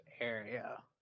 area